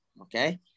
okay